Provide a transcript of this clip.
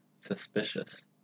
Suspicious